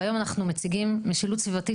והיום אנחנו מציגים משילות סביבתית